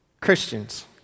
Christians